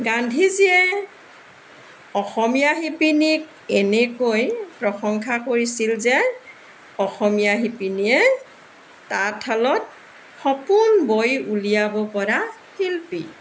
গান্ধীজীয়ে অসমীয়া শিপিনীক এনেকৈ প্ৰশংসা কৰিছিল যে অসমীয়া শিপিনীয়ে তাঁতশালত সপোন বৈ উলিয়াব পৰা শিল্পী